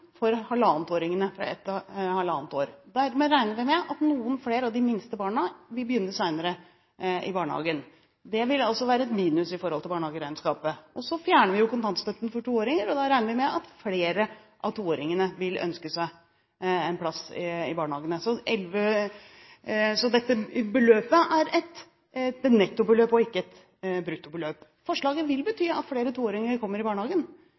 for dem fra ett til halvannet år. Dermed regner vi med at noen flere av de minste barna vil begynne senere i barnehagen. Det vil altså være et minus i forhold til barnehageregnskapet. Så fjerner vi jo kontantstøtten for toåringer, og da regner vi med at flere av toåringene vil ønske seg en plass i barnehagen. Så dette beløpet er et nettobeløp og ikke et bruttobeløp. Forslaget vil bety at flere toåringer kommer i barnehagen.